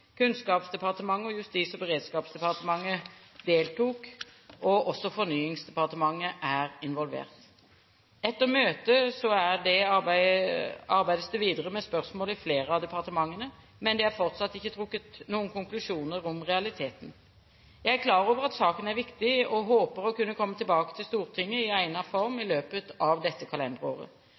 Kunnskapsdepartementet og Justis- og beredskapsdepartementet deltok. Også Fornyings-, administrasjons- og kirkedepartementet er involvert. Etter møtet er det arbeidet videre med spørsmålet i flere av departementene, men det er fortsatt ikke trukket noen konklusjoner om realiteten. Jeg er klar over at saken er viktig, og håper å kunne komme tilbake til Stortinget i egnet form i løpet av dette kalenderåret.